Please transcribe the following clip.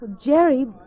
Jerry